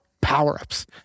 power-ups